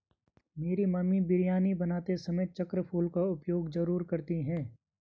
मेरी मम्मी बिरयानी बनाते समय चक्र फूल का उपयोग जरूर करती हैं